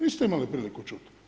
Niste imali priliku čuti.